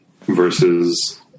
versus